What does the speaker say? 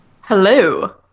Hello